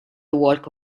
walk